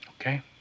Okay